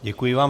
Děkuji vám.